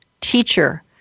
teacher